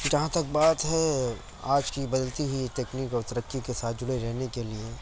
جہاں تک بات ہے آج کی بدلتی ہوئی تکنیک اور ترقی کے ساتھ جڑے رہنے کے لیے